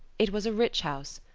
it was a rich house,